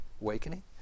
awakening